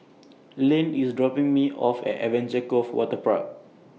Lane IS dropping Me off At Adventure Cove Waterpark